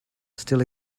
still